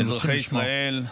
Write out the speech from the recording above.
אזרחי ישראל,